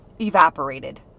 evaporated